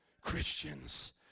Christians